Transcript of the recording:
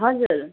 हजुर